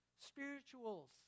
spirituals